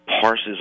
parses